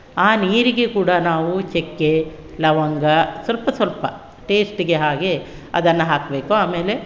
ಆ ನೀರಿಗೆ ಕೂಡ ನಾವು ಚಕ್ಕೆ ಲವಂಗ ಸ್ವಲ್ಪ ಸ್ವಲ್ಪ ಟೇಸ್ಟಿಗೆ ಹಾಗೆ ಅದನ್ನು ಹಾಕಬೇಕು ಆಮೇಲೆ